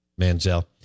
Manziel